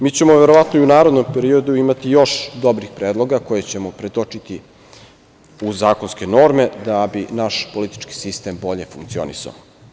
Mi ćemo verovatno i u narednom periodu imati još dobrih predloga, koje ćemo pretočiti u zakonske norme, da bi naš politički sistem bolje funkcionisao.